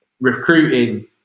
recruiting